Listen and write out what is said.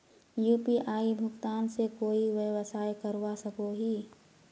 UPI भुगतान से कोई व्यवसाय करवा सकोहो ही?